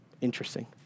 Interesting